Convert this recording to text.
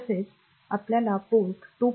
तसेच आपल्याला पोर्ट 2